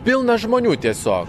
pilna žmonių tiesiog